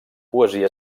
poesia